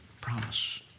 promise